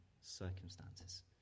circumstances